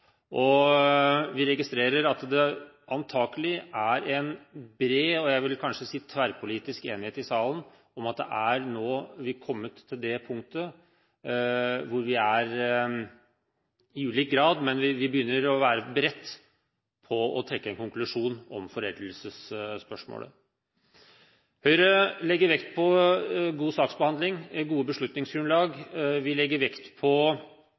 forbrytelser. Vi registrerer at det antakelig er en bred – og kanskje tverrpolitisk – enighet i salen om at man nå er kommet til det punkt at man, i ulik grad, er beredt til å trekke en konklusjon om foreldelsesspørsmålet. Høyre legger vekt på god saksbehandling og godt beslutningsgrunnlag. Vi